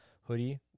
hoodie